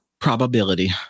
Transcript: Probability